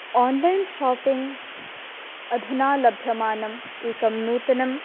online shopping अधुना लभ्यमानम् एकं नूतनं